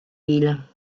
l’île